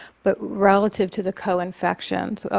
but relative to the co-infections,